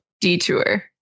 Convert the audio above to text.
detour